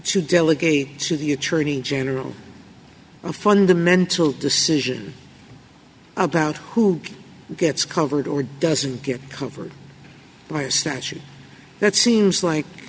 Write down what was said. to delegate to the attorney general of fundamental decision about who gets covered or doesn't get covered by a statute that seems